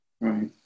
Right